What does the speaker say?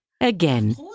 Again